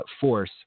force